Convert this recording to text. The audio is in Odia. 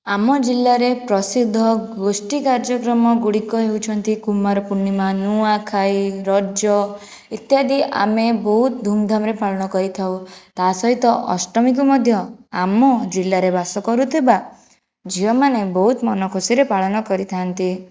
ଆମ ଜିଲ୍ଲାରେ ପ୍ରସିଦ୍ଧ ଗୋଷ୍ଠୀ କାର୍ଯ୍ୟକ୍ରମ ଗୁଡ଼ିକ ହେଉଛନ୍ତି କୁମାରପୂର୍ଣ୍ଣିମା ନୂଆଖାଇ ରଜ ଇତ୍ୟାଦି ଆମେ ବହୁତ ଧୁମ ଧାମରେ ପାଳନ କରିଥାଉ ତା ସହିତ ଅଷ୍ଟମୀକୁ ମଧ୍ୟ ଆମ ଜିଲ୍ଲାରେ ବାସ କରୁଥିବା ଝିଅମାନେ ବହୁତ ମନଖୁସିରେ ପାଳନ କରିଥାନ୍ତି